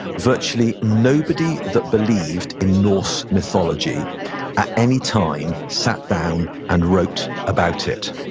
virtually nobody that believed in norse mythology at any time sat down and wrote about it.